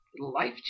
life